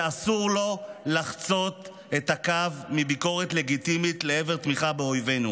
שאסור לו לחצות את הקו מביקורת לגיטימית לעבר תמיכה באויבינו.